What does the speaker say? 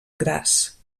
gras